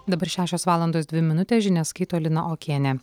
dabar šešios valandos dvi minutės žinias skaito lina okienė